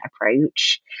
approach